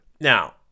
Now